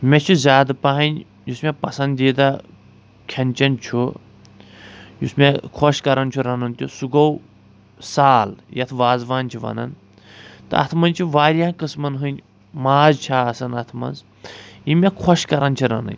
مےٚ چھِ زیادٕ پہنۍ یُس مےٚ پسنٛدیٖدٕ کھٮ۪ن چٮ۪ن چھُ یُس مےٚ خوٚش کَران چھُ رَنُن تہٕ سُہ گوٚو سال یتھ وازٕ وان چھِ ونان تہٕ اَتھ منٛز چھِ واریاہ قٕسمن ہٕنٛدۍ ماز چھِ آسان اَتھ منٛز یِم مےٚ خوٚش کَران چھِ رَنٕنۍ